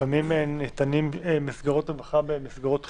לפעמים טיפולי רווחה ניתנים במסגרות חינוך,